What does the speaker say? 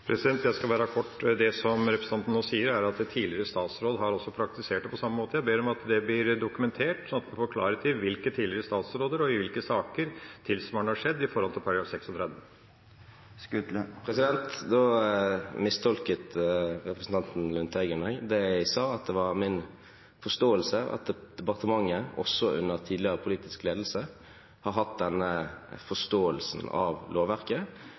Jeg skal være kort. Det som representanten nå sier, er at tidligere statsråder har praktisert dette på samme måte. Jeg ber om at det blir dokumentert, sånn at vi får klarhet i hvilke tidligere statsråder det gjelder, og i hvilke saker tilsvarende har skjedd med hensyn til § 36. Da mistolket representanten Lundteigen meg. Jeg sa at det var min forståelse at departementet også under tidligere politisk ledelse har hatt denne forståelsen av lovverket,